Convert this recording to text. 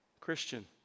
Christian